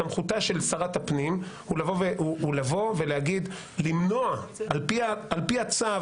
סמכותה של שרת הפנים הוא לבוא ולמנוע על פי הצו,